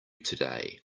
today